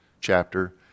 chapter